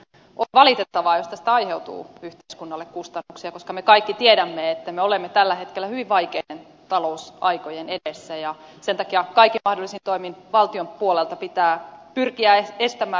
on valitettavaa jos tästä aiheutuu yhteiskunnalle kustannuksia koska me kaikki tiedämme että me olemme tällä hetkellä hyvin vaikeiden talousaikojen edessä ja sen takia kaikin mahdollisin toimin valtion puolelta pitää pyrkiä estämään ylivelkaantuminen